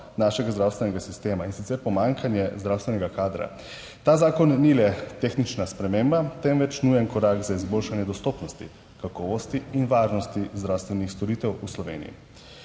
našega zdravstvenega sistema, in sicer pomanjkanje zdravstvenega kadra. Ta zakon ni le tehnična sprememba, temveč nujen korak za izboljšanje dostopnosti, kakovosti in varnosti zdravstvenih storitev v Sloveniji.